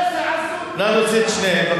נא להוציא את שניהם.